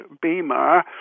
Beamer